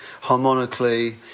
harmonically